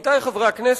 עמיתי חברי הכנסת,